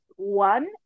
one